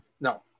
no